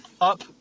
up